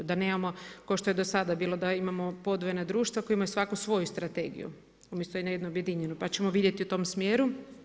Da nemamo, ko što je do sad bilo, da imamo podvojena društva koja imaju svako svoju strategiju, umjesto jednu objedinjenu, pa ćemo vidjeti u tom smjeru.